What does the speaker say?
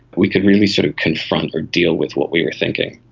we could really sort of confront or deal with what we were thinking.